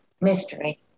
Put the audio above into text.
mystery